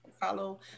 follow